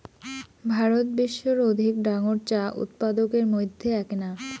ভারত বিশ্বর অধিক ডাঙর চা উৎপাদকের মইধ্যে এ্যাকনা